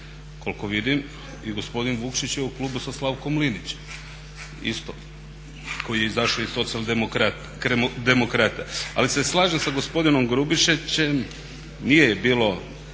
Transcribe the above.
Koliko vidim i gospodin Vukšić je u klubu sa Slavkom Linićem isto koji je izašao iz socijaldemokrata. Ali se slažem sa gospodinom Grubišićem, nije bilo